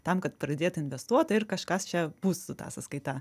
tam kad pradėti investuoti ir kažkas čia bus ta sąskaita